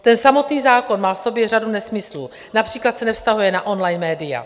Ten samotný zákon má v sobě řadu nesmyslů, například se nevztahuje na online média.